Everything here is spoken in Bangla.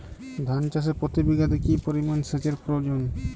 ধান চাষে প্রতি বিঘাতে কি পরিমান সেচের প্রয়োজন?